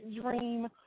Dream